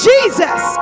Jesus